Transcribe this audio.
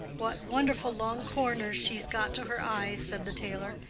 what wonderful long corners she's got to her eyes! said the tailor.